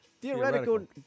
Theoretical